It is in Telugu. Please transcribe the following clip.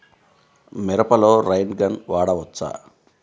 మిరపలో రైన్ గన్ వాడవచ్చా?